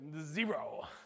Zero